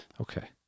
okay